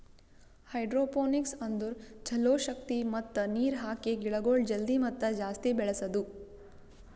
hydroponics ಅಂದುರ್ ಛಲೋ ಶಕ್ತಿ ಮತ್ತ ನೀರ್ ಹಾಕಿ ಗಿಡಗೊಳ್ ಜಲ್ದಿ ಮತ್ತ ಜಾಸ್ತಿ ಬೆಳೆಸದು